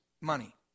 money